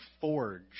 forge